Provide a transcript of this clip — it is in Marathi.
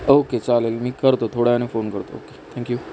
ओके चालेल मी करतो थोड्यावेळाने फोन करतो ओके थँक्यू